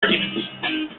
arguments